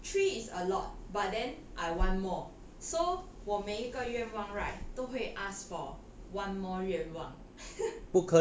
three is a lot but then I want more so 我每一个愿望 right 都会 ask for one more 愿望